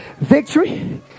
victory